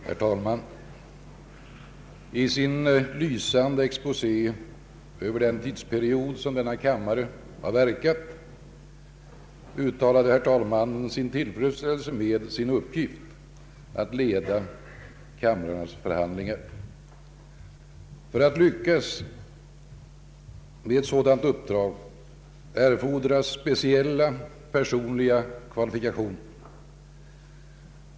Herr talman! I sin lysande exposé över den tidsperiod som denna kammare verkat uttalade herr talmannen sin tillfredsställelse över sin uppgift att leda kammarens förhandlingar. För att lyckas med ett sådant uppdrag erfordras speciella personliga kvalifikationer.